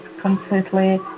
completely